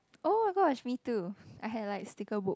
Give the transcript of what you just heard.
oh-my-gosh me too I had like sticker book